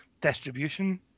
distribution